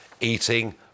eating